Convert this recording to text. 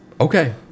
Okay